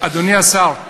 אדוני השר,